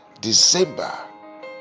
December